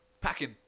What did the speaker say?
Packing